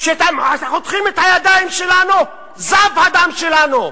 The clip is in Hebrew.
שכשאתם חותכים את הידיים שלנו, זב הדם שלנו.